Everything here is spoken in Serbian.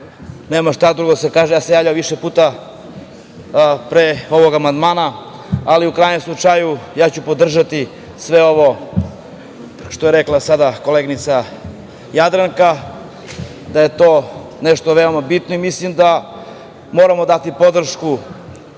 nema šta drugo da se kaže. Ja sam se javljao više puta pre ovog amandmana, ali u krajnjem slučaju ja ću podržati sve ovo što je rekla sam koleginica Jadranka, da je to nešto veoma bitno. Mislim da moramo dati podršku